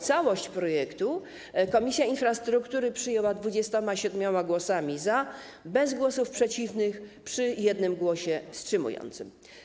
Całość projektu Komisja Infrastruktury przyjęła 27 głosami za, bez głosów przeciwnych, przy jednym głosie wstrzymującym się.